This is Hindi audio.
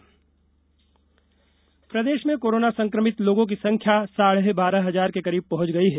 प्रदेश कोरोना प्रदेश में कोरोना संक्रमित लोगों की संख्या साढ़े बारह हजार के करीब पहुँच गई है